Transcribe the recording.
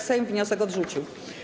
Sejm wniosek odrzucił.